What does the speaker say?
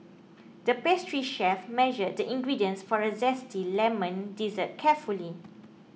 the pastry chef measured the ingredients for a Zesty Lemon Dessert carefully